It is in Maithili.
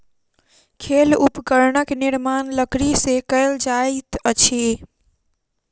खेल उपकरणक निर्माण लकड़ी से कएल जाइत अछि